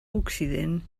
occident